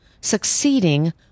Succeeding